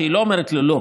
שהיא לא אומרת לו לא